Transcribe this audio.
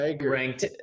ranked